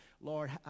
Lord